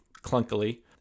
clunkily